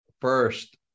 first